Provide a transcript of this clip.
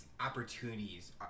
opportunities